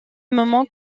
moment